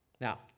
Now